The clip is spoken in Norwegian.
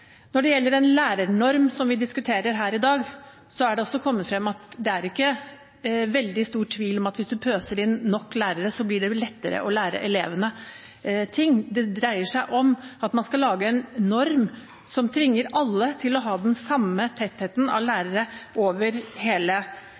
Når det gjelder en lærernorm, som vi diskuterer her i dag, har det også kommet frem at det er ikke veldig stor tvil om at hvis man pøser inn nok lærere, blir det lettere å lære elevene ting. Det dreier seg om at man skal ha en norm som tvinger alle til å ha den samme tettheten av